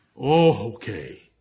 okay